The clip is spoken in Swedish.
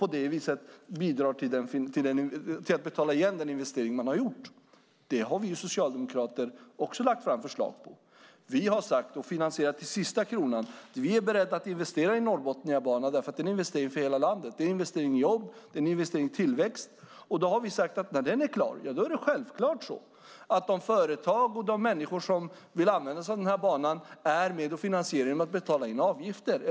På det viset bidrar vi till att betala igen den investering man har gjort. Det har vi socialdemokrater också lagt fram förslag om. Vi har sagt, och finansierat till sista kronan, att vi är beredda att investera i Norrbotniabanan därför att det är en investering för hela landet. Det är en investering i jobb. Det är en investering i tillväxt. När den är klar har vi sagt att det självklart är så att de företag och de människor som vill använda sig av den här banan är med och finansierar den genom att betala in avgifter.